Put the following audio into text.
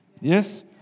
Yes